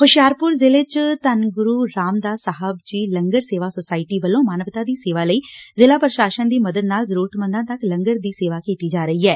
ਹੁਸ਼ਿਆਰਪੁਰ ਜ਼ਿਲ੍ਹੇ ਚ ਧੰਨ ਗੁਰੂ ਰਾਮ ਦਾਸ ਸਾਹਿਬ ਜੀ ਲੰਗਰ ਸੇਵਾ ਸੋਸਾਇਟੀ ਵਲੱ ਮਾਨਵਤਾ ਦੀ ਸੇਵਾ ਲਈ ਜ਼ਿਲ੍ਹਾ ਪ੍ਰਸ਼ਾਸ਼ਨ ਦੀ ਮਦਦ ਨਾਲ ਜ਼ਰੂਰਤਮੰਦਾਂ ਤੱਕ ਲੰਗਰ ਦੀ ਸੇਵਾ ਕੀਤੀ ਜਾ ਰਹੀ ਐ